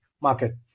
market